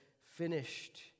finished